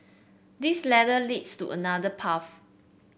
this ladder leads to another path